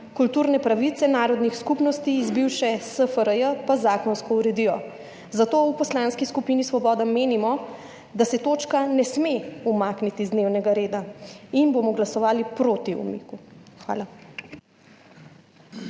kulturne pravice narodnih skupnosti iz bivše SFRJ pa zakonsko uredijo. Zato v Poslanski skupini Svoboda menimo, da se točka ne sme umakniti z dnevnega reda, in bomo glasovali proti umiku. Hvala.